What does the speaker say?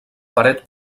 paret